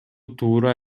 туура